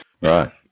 right